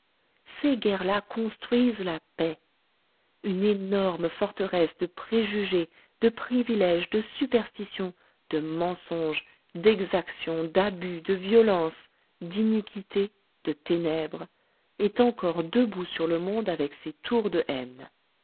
ces guerres là construisent la paix une énorme forteresse de préjugés de privilèges de superstitions de mensonges d'exactions d'abus de violences d'iniquités de ténèbres est encore debout sur le monde avec ses tours de haine